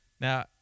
Now